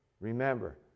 Remember